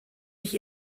sich